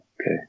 Okay